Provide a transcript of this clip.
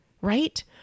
right